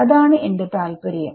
അതാണ് എന്റെ താല്പര്യം